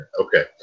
Okay